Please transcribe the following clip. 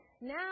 now